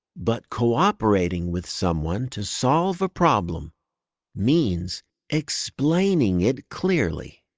but cooperating with someone to solve a problem means explaining it clearly.